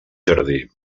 jardí